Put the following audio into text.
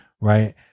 right